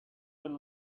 will